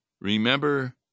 Remember